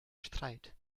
streit